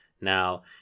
Now